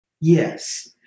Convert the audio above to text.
Yes